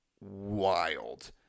wild